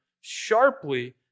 sharply